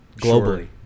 globally